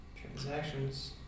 Transactions